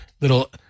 little